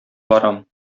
барам